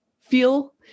feel